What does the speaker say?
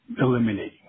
eliminating